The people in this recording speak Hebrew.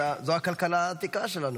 זו הכלכלה העתיקה שלנו.